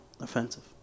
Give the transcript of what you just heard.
offensive